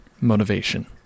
motivation